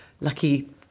lucky